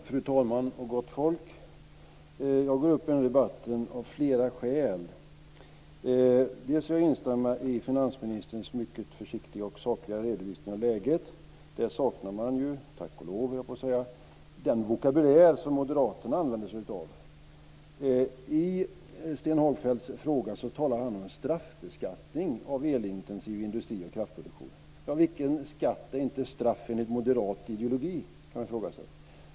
Fru talman! Gott folk! Jag går upp i debatten av flera skäl. Jag vill instämma i finansministerns mycket försiktiga och sakliga redovisning av läget. Den saknar man ju - tack och lov, höll jag på att säga - i den vokabulär som moderaterna använder sig av. I sin fråga talar Stefan Hagfeldt om en straffbeskattning av elintensiv industri och kraftproduktion. Vilken skatt är inte straff enligt moderat ideologi? kan man fråga sig.